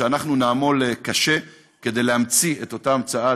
שאנחנו נעמול קשה כדי להמציא את אותה המצאה